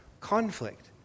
conflict